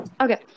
Okay